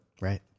Right